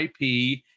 IP